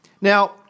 Now